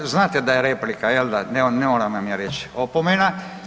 Znate da je replika jel da, ne moram vam ja reć, opomena.